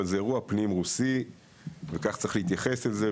אבל זה אירוע פנים רוסי וכך צריך להתייחס לזה,